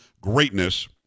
greatness